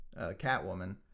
Catwoman